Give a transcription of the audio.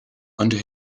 under